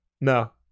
No